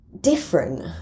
different